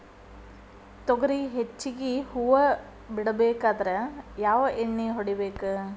ತೊಗರಿ ಹೆಚ್ಚಿಗಿ ಹೂವ ಬಿಡಬೇಕಾದ್ರ ಯಾವ ಎಣ್ಣಿ ಹೊಡಿಬೇಕು?